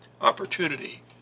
Opportunity